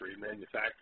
manufacturing